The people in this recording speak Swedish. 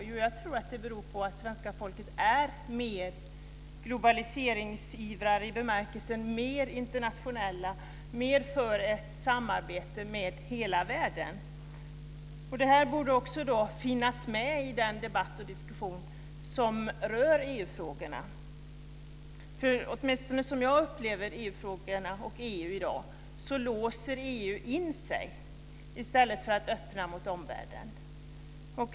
Jo, jag tror att det beror på att svenska folket är större globaliseringsivrare, mer internationella och mer för ett samarbete med hela världen. Det här borde också finnas med i den debatt och diskussion som rör EU-frågorna. Som jag upplever det i dag låser EU in sig i stället för att öppna sig mot omvärlden.